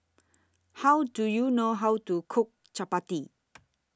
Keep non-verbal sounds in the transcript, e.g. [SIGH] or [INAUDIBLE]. How Do YOU know How to Cook Chapati [NOISE]